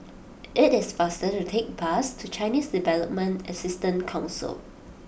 it is faster to take the bus to Chinese Development Assistance Council